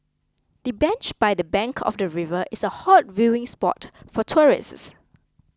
the bench by the bank of the river is a hot viewing spot for tourists